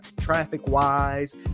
traffic-wise